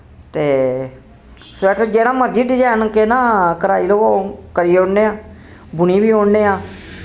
ते स्वैटर जेह्ड़ा मर्जी डिजैन केह् नांऽ कराई लो करी ओड़ने आं बुनी वी ओड़ने आं